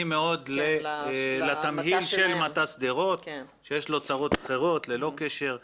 מאוד לתמהיל של מט"ש שדרות שיש לו צרות אחרות ללא קשר.